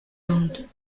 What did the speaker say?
landes